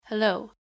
Hello